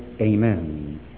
Amen